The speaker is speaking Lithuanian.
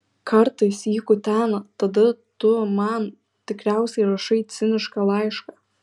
kartais jį kutena tada tu man tikriausiai rašai cinišką laišką